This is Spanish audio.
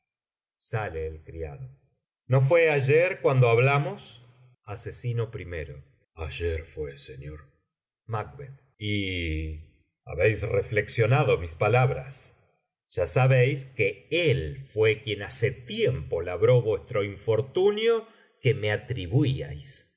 criado no fué ayer cuando hablamos ases ayer fué señor macb y habéis reflexionado mis palabras ya sabéis que él fué quien hace tiempo labró vuestro infortunio que me atribuíais como os demostré